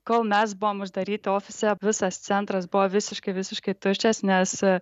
kol mes buvom uždaryti ofise visas centras buvo visiškai visiškai tuščias nes